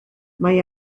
mae